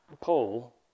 paul